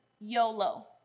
YOLO